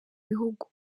bihugu